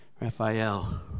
Raphael